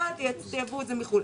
תייבאו את זה מחו"ל.